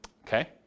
okay